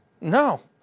No